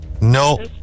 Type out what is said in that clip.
No